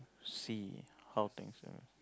see how things